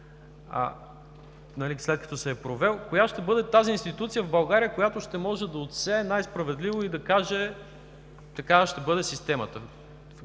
коя ще бъде тази институция в България, която ще може да отсее най-справедливо и да каже: такава ще бъде системата?